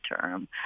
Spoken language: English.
term